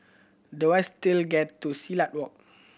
the wise to get to Silat Walk